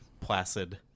Placid